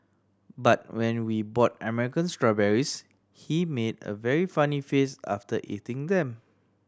but when we bought American strawberries he made a very funny face after eating them